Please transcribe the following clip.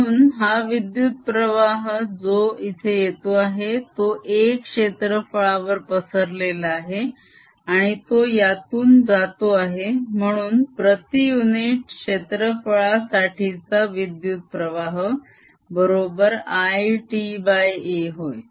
म्हणून हा विद्युत प्रवाह जो इथे येतो आहे तो a क्षेत्रफळावर पसरलेला आहे आणि तो यातून जातो आहे म्हणून प्रती युनिट क्षेत्रफळासाठीचा विद्युत प्रवाह बरोबर Ita होय